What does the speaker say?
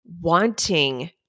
wanting